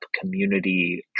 community